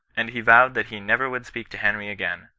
and he vowed that he never would speak to henry again,